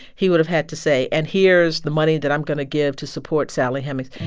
he would have had to say and here's the money that i'm going to give to support sally hemings.